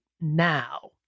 now